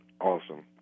awesome